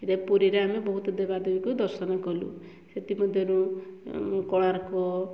ରେ ପୁରୀରେ ଆମେ ବହୁତ ଦେବାଦେବୀଙ୍କୁ ଦର୍ଶନ କଲୁ ସେଥିମଧ୍ୟରୁ କୋଣାର୍କ